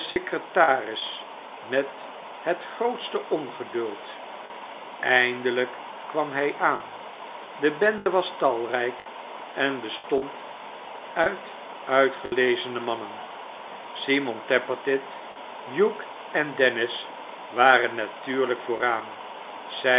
secretaris met het grootste ongeduld eindehjk kwam hij aan de ibende was talrijk en bestond uit uitgelezene mannen simon lappertit hugh en dennis waren natuurhjk vooraan zij